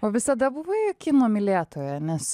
o visada buvai kino mylėtoja nes